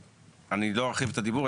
אני לא ארחיב את הדיבור,